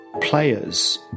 players